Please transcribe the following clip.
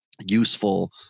useful